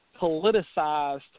politicized